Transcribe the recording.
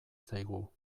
zaigu